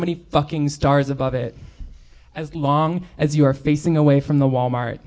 many fucking stars above it as long as you are facing away from the wal mart